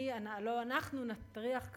לא אנחנו נטריח,